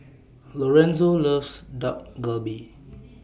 Lorenzo loves Dak Galbi